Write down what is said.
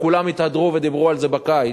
שכולם התהדרו ודיברו על זה בקיץ.